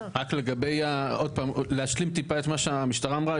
רק להשלים טיפה את מה שהמשטרה אמרה.